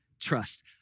trust